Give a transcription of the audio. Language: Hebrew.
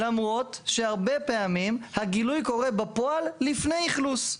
למרות, שהרבה פעמים הגילוי קורה בפועל לפני אכלוס.